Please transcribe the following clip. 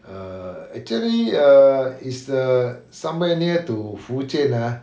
err actually err is err somewhere near to 福建 ah